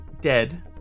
dead